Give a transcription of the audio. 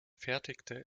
fertigte